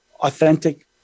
authentic